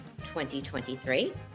2023